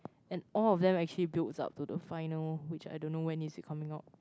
and all of them actually builds up to the final which I don't know when is it coming out